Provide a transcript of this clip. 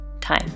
time